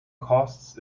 costs